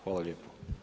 Hvala lijepo.